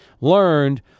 learned